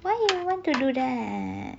why you want to do that